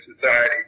society